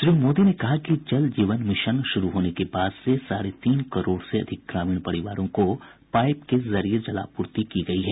श्री मोदी ने कहा कि जल जीवन मिशन शुरू होने के बाद से साढ़े तीन करोड़ से अधिक ग्रामीण परिवारों को पाईप के जरिये जलापूर्ति की गई है